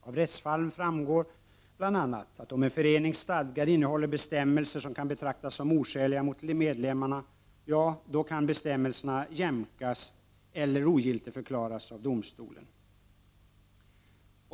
Av rättsfallen framgår bl.a. att om en förenings stadgar innehåller bestämmelser som kan betraktas som oskäliga mot medlemmarna, kan bestämmelserna jämkas eller ogiltigförklaras av domstolen.